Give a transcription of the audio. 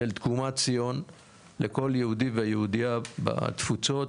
של תקומת ציון לכל יהודי ויהודייה בתפוצות.